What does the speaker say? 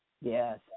Yes